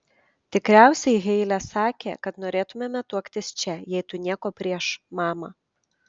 tikriausiai heile sakė kad norėtumėme tuoktis čia jei tu nieko prieš mama